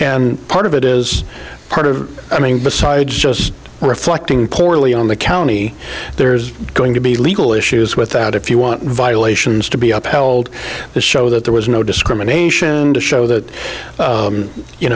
and part of it is part of i mean besides just reflecting poorly on the county there's going to be legal issues with that if you want violations to be upheld the show that there was no discrimination to show that